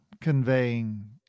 conveying –